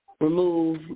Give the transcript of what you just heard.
remove